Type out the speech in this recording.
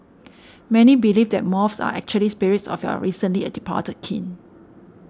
many believe that moths are actually spirits of your recently a departed kin